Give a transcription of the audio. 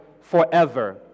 forever